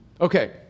Okay